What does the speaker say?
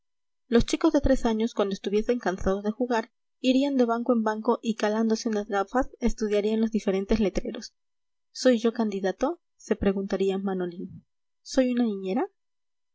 los chicos de tres años cuando estuviesen cansados de jugar irían de banco en banco y calándose unas gafas estudiarían los diferentes letreros soy yo candidato se preguntaría manolín soy una niñera